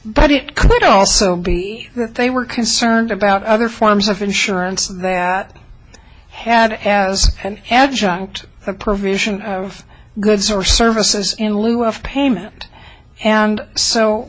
but it could also be that they were concerned about other forms of insurance that had as an adjunct the provision of goods or services in lieu of payment and so